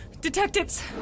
detectives